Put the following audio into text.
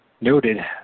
noted